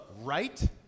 right